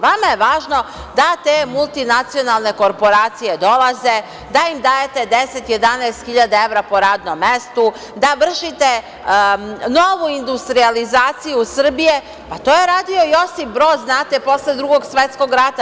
Vama je važno da te multinacionalne korporacije dolaze, da im dajete 10.000 - 11.000 evra po radom mestu, da vršite novu industrijalizaciju Srbije, pa to je radio i Josip Broz posle Drugog svetskog rata.